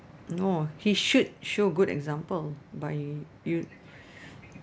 no he should show good example by you